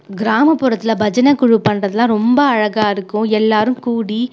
கிராமப்புறத்தில் பஜனை குழு பண்ணுறதுலாம் ரொம்ப அழகாக இருக்கும் எல்லோரும் கூடி